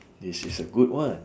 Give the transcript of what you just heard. this is a good one